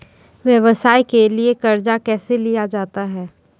व्यवसाय के लिए कर्जा कैसे लिया जाता हैं?